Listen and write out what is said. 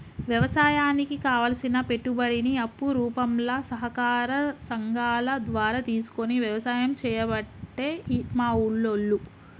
వ్యవసాయానికి కావలసిన పెట్టుబడిని అప్పు రూపంల సహకార సంగాల ద్వారా తీసుకొని వ్యసాయం చేయబట్టే మా ఉల్లోళ్ళు